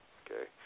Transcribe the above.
okay